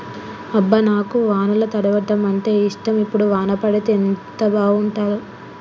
అబ్బ నాకు వానల తడవడం అంటేఇష్టం ఇప్పుడు వాన పడితే ఎంత బాగుంటాడో